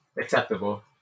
Acceptable